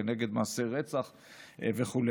כנגד מעשי רצח וכו'.